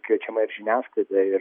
kviečiama ir žiniasklaida ir